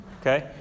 Okay